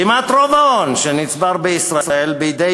כמעט רוב ההון שנצבר בישראל בידי